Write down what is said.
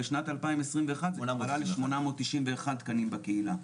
בשנת 2021 זה עלה ל-891 תקנים בקהילה.